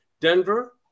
Denver